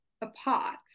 apart